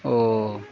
ও